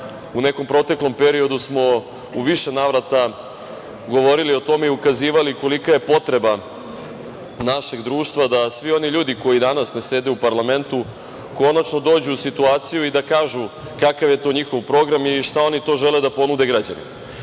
u nekom proteklom periodu smo u više navrata govorili o tome i ukazivali kolika je potreba našeg društva da svi oni ljudi koji danas ne sede u parlamentu konačno dođu u situaciju i da kažu kakav je to njihov program i šta oni to žele da ponude